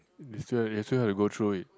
you still you still have to go through it